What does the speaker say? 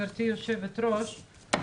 גברתי היושבת-ראש,